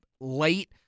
late